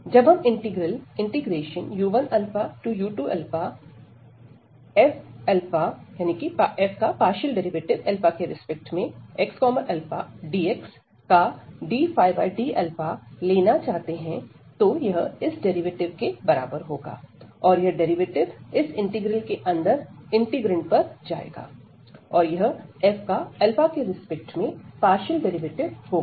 जब हम integral u1u2fxαdx का dd लेना चाहते हैं तो यह इस डेरिवेटिव के बराबर होगा और यह डेरिवेटिव इस इंटीग्रल के अंदर इंटीग्रैंड पर जाएगा और यह f का के रिस्पेक्ट में पार्शियल डेरिवेटिव होगा